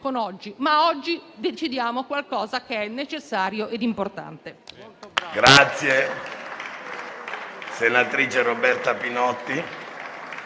con oggi; oggi però decidiamo qualcosa che è necessario e importante.